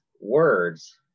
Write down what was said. words